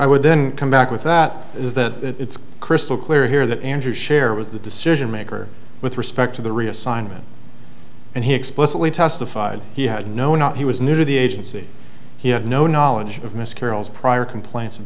i would then come back with that is that it's crystal clear here that andrew share was the decision maker with respect to the reassignment and he explicitly testified he had no not he was new to the agency he had no knowledge of miss carroll's prior complaints